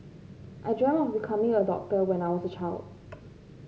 I dreamt of becoming a doctor when I was a child